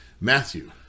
Matthew